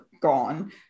gone